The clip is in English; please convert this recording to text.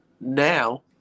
now